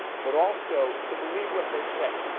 but also to believe what they say.